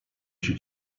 się